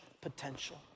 Potential